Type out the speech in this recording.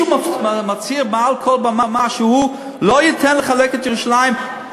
שמישהו מצהיר מעל כל במה שהוא לא ייתן לחלק את ירושלים,